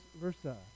versa